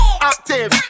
Active